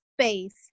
space